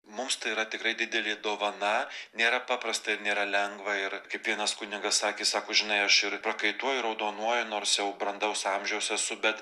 mums tai yra tikrai didelė dovana nėra paprasta ir nėra lengva ir kaip vienas kunigas sakė sako žinai aš ir prakaituoju raudonuoju nors jau brandaus amžiaus esu bet